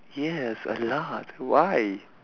yes a lot why